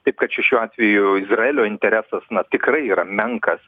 taip kad čia šiuo atveju izraelio interesas na tikrai yra menkas